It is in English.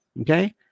okay